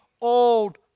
old